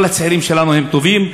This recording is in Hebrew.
כל הצעירים שלנו הם טובים,